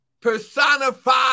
personified